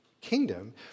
kingdom